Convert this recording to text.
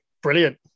Brilliant